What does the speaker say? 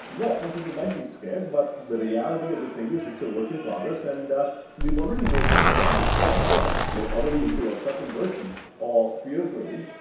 yes, some people might be scared, but the reality of the thing is it's a work in progress, and we've already made dramatic so ah strides, we are already into our second version of peer grading.